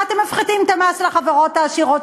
מה אתם מפחיתים את המס על החברות העשירות,